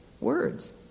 words